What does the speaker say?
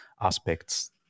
aspects